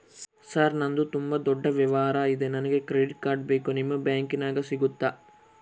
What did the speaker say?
Sir ನಂದು ತುಂಬಾ ದೊಡ್ಡ ವ್ಯವಹಾರ ಇದೆ ನನಗೆ ಕ್ರೆಡಿಟ್ ಕಾರ್ಡ್ ಬೇಕು ನಿಮ್ಮ ಬ್ಯಾಂಕಿನ್ಯಾಗ ಸಿಗುತ್ತಾ?